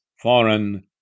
foreign